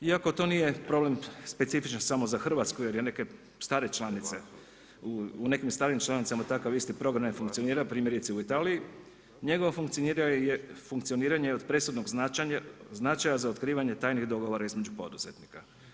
Iako to nije problem specifičan samo za Hrvatsku jer u nekim starijim članicama takav isti program ne funkcionira, primjerice u Italiji, njegovo funkcioniranje je od presudnog značaja za otkrivanje tajnih dogovora između poduzetnika.